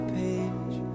page